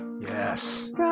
Yes